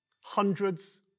hundreds